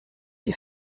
die